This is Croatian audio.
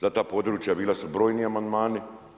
Za ta područja bili su brojni amandmani.